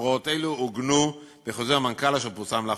הוראות אלו עוגנו בחוזר מנכ"ל אשר פורסם לאחרונה.